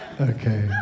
Okay